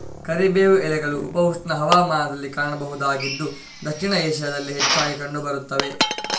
ಕರಿಬೇವು ಎಲೆಗಳು ಉಪ ಉಷ್ಣ ಹವಾಮಾನದಲ್ಲಿ ಕಾಣಬಹುದಾಗಿದ್ದು ದಕ್ಷಿಣ ಏಷ್ಯಾದಲ್ಲಿ ಹೆಚ್ಚಾಗಿ ಕಂಡು ಬರುತ್ತವೆ